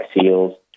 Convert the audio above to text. seals